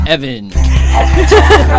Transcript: Evan